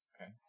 okay